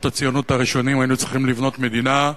הציונות הראשונות היינו צריכים לבנות מדינה,